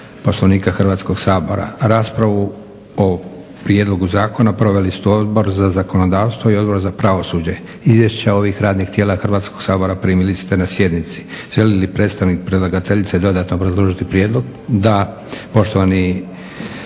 Poslovnika Hrvatskog sabora. Raspravu o prijedlogu zakona proveli su Odbor za zakonodavstvo i Odbor za pravosuđe. Izvješća ovih radnih tijela Hrvatskog sabora primili ste na sjednici. Želi li predstavnik predlagateljice dodatno obrazložiti prijedlog? Da. Poštovani